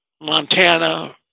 Montana